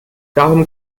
darum